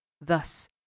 Thus